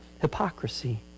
hypocrisy